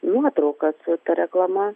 nuotrauką su ta reklama